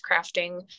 crafting